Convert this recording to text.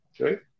Okay